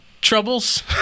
troubles